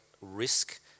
risk